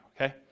okay